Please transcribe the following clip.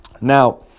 Now